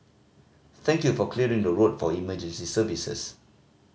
thank you for clearing the road for emergency services